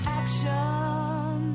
action